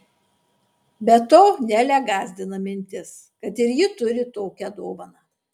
be to nelę gąsdina mintis kad ir ji turi tokią dovaną